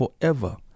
forever